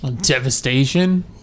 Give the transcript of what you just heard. Devastation